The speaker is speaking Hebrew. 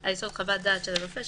על יסוד חוות דעת של רופא,